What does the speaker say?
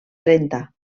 trenta